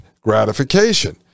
gratification